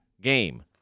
game